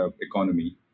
economy